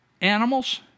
animals